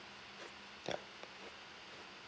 yup